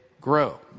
grow